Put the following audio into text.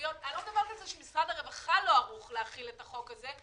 אני לא מדברת על זה שמשרד הרווחה לא ערוך להחיל את החוק הזה,